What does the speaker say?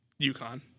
UConn